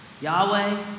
Yahweh